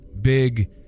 big